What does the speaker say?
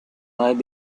might